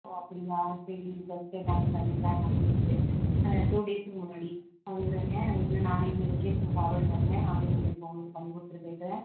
ஓ அப்படியா சரி ஜூவல்ஸ் எல்லாமே பண்ணிடலாம் எல்லாமே இருக்குது டூ டேஸ்க்கு முன்னாடி வந்துவிடுங்க இல்லை நானே நீங்கள் லொக்கேஷன் ஃபார்வேட் பண்ணுங்க நானே வந்து இப்போது உங்களுக்கு பண்ணி கொடுத்துட்டு போயிடுறேன்